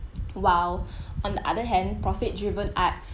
while on the other hand profit driven art